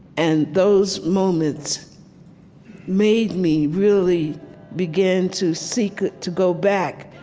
and those moments made me really begin to seek to go back,